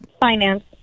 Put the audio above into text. Finance